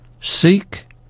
seek